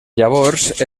llavors